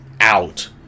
out